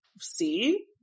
see